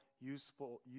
useful